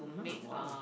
mmhmm !wow!